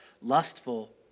lustful